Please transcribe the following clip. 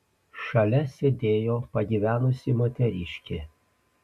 šalia sėdėjo pagyvenusi moteriškė